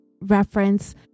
reference